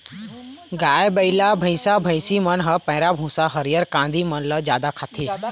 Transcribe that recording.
गाय, बइला, भइसा, भइसी मन ह पैरा, भूसा, हरियर कांदी मन ल जादा खाथे